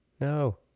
No